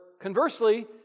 conversely